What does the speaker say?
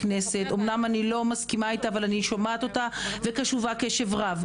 אמנם אני לא מסכימה אתה אבל שומעת אותה בקשב רב.